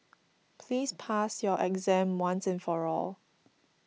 please pass your exam once and for all